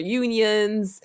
unions